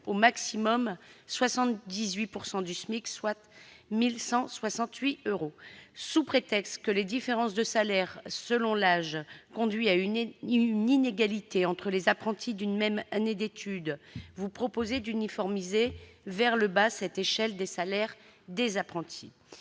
au maximum 78 % du SMIC, soit 1 168 euros. Sous prétexte que les différences de salaires selon l'âge conduisent à une inégalité entre apprentis d'une même année d'études, vous proposez d'uniformiser vers le bas cette échelle des salaires. Pour